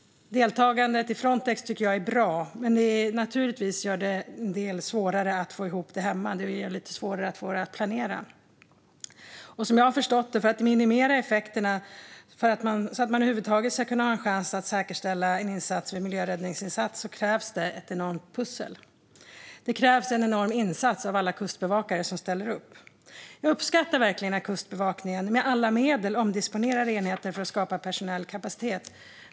Deltagandet i Frontex tycker jag är bra, men det gör det naturligtvis svårare att få ihop det här hemma. Det gör det lite svårare att planera. För att minimera effekterna så att man över huvud taget ska kunna ha en chans att säkerställa en miljöräddningsinsats krävs det ett enormt pussel, som jag förstått det. Det krävs en enorm insats av alla kustbevakare som ställer upp. Jag uppskattar verkligen att Kustbevakningen med alla medel omdisponerar enheter för att skapa personell kapacitet.